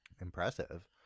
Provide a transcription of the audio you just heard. impressive